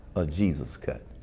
a jesus cut.